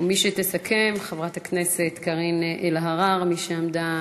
ומי שתסכם, חברת הכנסת קארין אלהרר, מי שעמדה